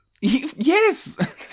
Yes